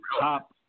top